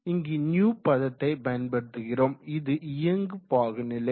இங்கு ν பதத்தை பயன்படுத்துகிறோம் இது இயங்கு பாகுநிலை